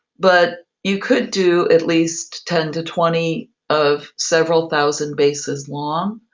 but you could do at least ten to twenty of several thousand bases long.